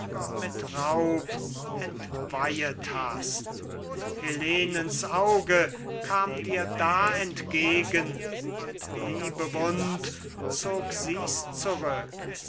mit raub entweihet hast helenens auge kam dir da entgegen und liebewund zog sie's zurück